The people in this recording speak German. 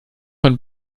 von